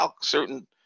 certain